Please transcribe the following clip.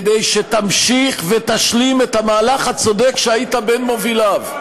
כדי שתמשיך ותשלים את המהלך הצודק שהיית בין מוביליו.